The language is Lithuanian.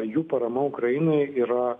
jų parama ukrainai yra